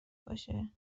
باشه